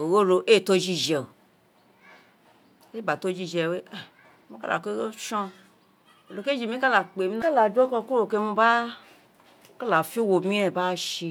ogho ro èè to jije éè gba to jije wé mo ka da kuku son onokeji mi ka da kpé mi, wo gba da do oko kuro wo gba da fe owo miren di uwo séè.